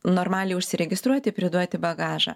normaliai užsiregistruoti priduoti bagažą